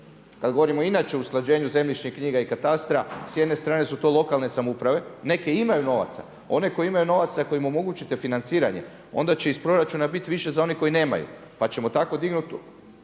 kada govorimo inače o usklađenju zemljišnih knjiga i katastra, s jedne strane su to lokalne samouprave. Neke imaju novaca, one koje imaju novaca kojima omogućite financiranje onda će iz proračuna biti više za one koje nemaju pa ćemo tako dignuti